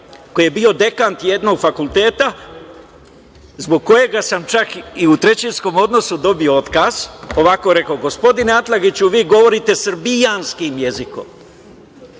koji je bio dekan jednog fakulteta, zbog kojega sam čak i u trećinskom odnosu dobio otkaz, ovako rekao – gospodine Atlagiću vi govorite srbijanskim jezikom.